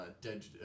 dead